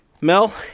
mel